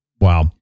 wow